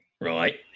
right